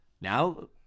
Now